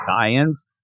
tie-ins